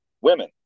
women